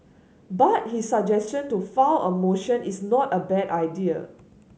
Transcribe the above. but his suggestion to file a motion is not a bad idea